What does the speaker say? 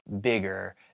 bigger